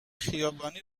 خیابانی